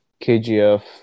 KGF